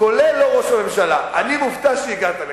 כולל ראש הממשלה, אני מופתע שהגעת לכאן.